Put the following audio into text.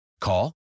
Call